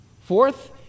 Fourth